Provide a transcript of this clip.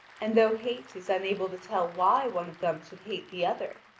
and though hate is unable to tell why one of them should hate the other,